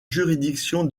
juridiction